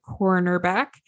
cornerback